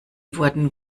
wurden